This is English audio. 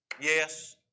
Yes